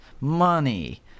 money